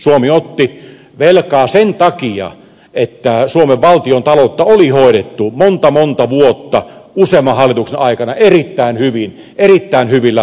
suomi otti velkaa sen takia että suomen valtiontaloutta oli hoidettu monta monta vuotta useamman hallituksen aikana erittäin hyvin erittäin hyvillä tuloksilla